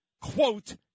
quote